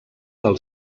del